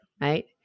right